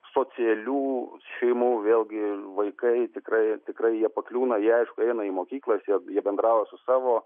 socialių šeimų vėlgi vaikai tikrai tikrai jie pakliūna į aišku eina į mokyklas jie jie bendrauja su savo